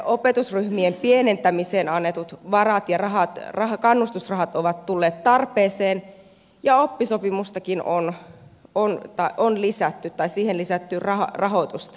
opetusryhmien pienentämiseen annetut varat ja kannustusrahat ovat tulleet tarpeeseen ja oppisopimukseenkin on lisätty rahoitusta